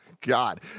God